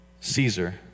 Caesar